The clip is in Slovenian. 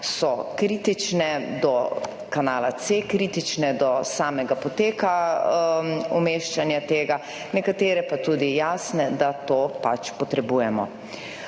so kritične do kanala C0, kritične do samega poteka umeščanja tega, nekatere pa tudi jasne, da to pač potrebujemo